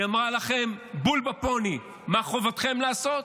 היא אמרה לכם, בול בפוני, מה חובתכם לעשות,